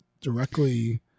directly